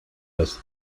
los